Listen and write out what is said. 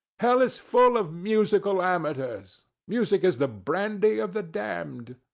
hell is full of musical amateurs music is the brandy of the damned.